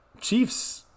Chiefs